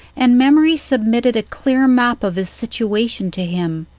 and memory submitted a clear map of his situation to him.